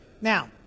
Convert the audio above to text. Now